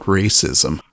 racism